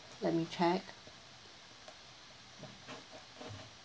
let me check